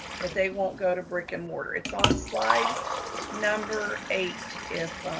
that they won't go to brick and mortar. it's on slide number eight. if